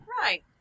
Right